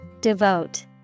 Devote